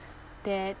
that